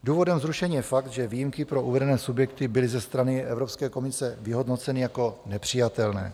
Důvodem zrušení je fakt, že výjimky pro uvedené subjekty byly ze strany Evropské komise vyhodnoceny jako nepřijatelné.